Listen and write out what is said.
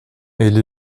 elle